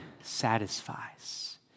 satisfies